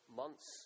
months